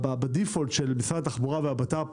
בדיפולט של משרד התחבורה והמשרד לביטחון